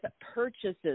purchases